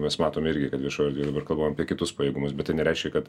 mes matome irgi kad viešoj erdvėj dabar kalbama apie kitus pajėgumus bet tai nereiškia kad